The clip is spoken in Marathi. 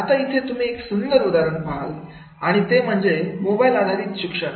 आता इथे तुम्ही एक खूप सुंदर उदाहरण पहाल आणि ते म्हणजे मोबाईल आधारित शिक्षण